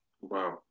Wow